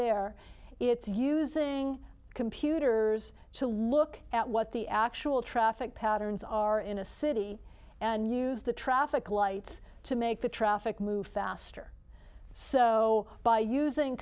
there it's using computers to look at what the actual traffic patterns are in a city and use the traffic lights to make the traffic move faster so by using